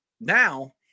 now